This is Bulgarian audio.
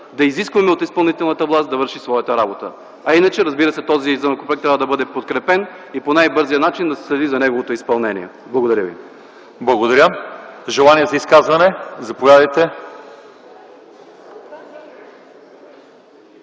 да изискваме от изпълнителната власт да върши своята работа. Иначе, разбира се, този законопроект трябва да бъде подкрепен и по най-бързия начин да се следи за неговото изпълнение. Благодаря. ПРЕДСЕДАТЕЛ ЛЪЧЕЗАР ИВАНОВ: Благодаря. Желание за изказване? Заповядайте,